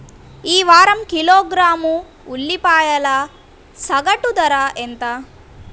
ఈ వారం కిలోగ్రాము ఉల్లిపాయల సగటు ధర ఎంత?